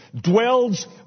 dwells